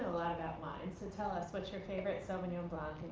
lot about wine, so tell us, what's your favorite sauvignon blanc